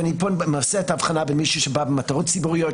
ופה אני עושה את ההבחנה בין מישהו שבא במטרות ציבוריות,